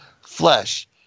flesh